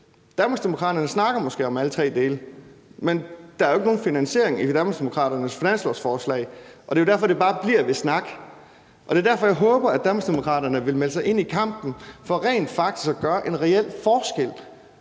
Danmarksdemokraterne snakker måske om alle tre dele, men der er jo ikke nogen finansiering i Danmarksdemokraternes finanslovsforslag. Det er derfor, det bare bliver ved snak, og det er derfor, jeg håber, at Danmarksdemokraterne vil melde sig ind i kampen for rent faktisk at gøre en reel forskel.